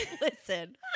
Listen